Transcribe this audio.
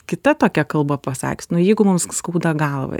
kita tokia kalba pasakius nu jeigu mums skauda galvą